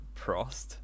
Prost